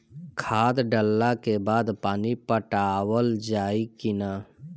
खाद डलला के बाद पानी पाटावाल जाई कि न?